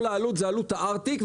כל העלות זהיא עלות הארטיק,